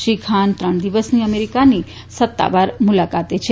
શ્રી ખાન ત્રણ દિવસની અમેરિકાની સત્તાવાર મુલાકાતે છે